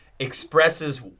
Expresses